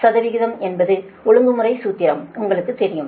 804 என்பது ஒழுங்குமுறை சூத்திரம் உங்களுக்குத் தெரியும்